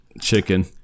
chicken